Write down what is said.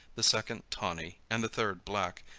the second tawny, and the third black,